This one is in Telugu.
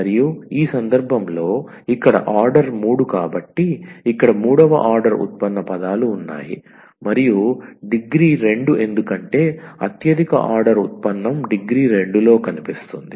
మరియు ఈ సందర్భంలో ఇక్కడ ఆర్డర్ 3 కాబట్టి ఇక్కడ మూడవ ఆర్డర్ ఉత్పన్న పదాలు ఉన్నాయి మరియు డిగ్రీ 2 ఎందుకంటే అత్యధిక ఆర్డర్ ఉత్పన్నం డిగ్రీ 2 లో కనిపిస్తుంది